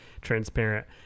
transparent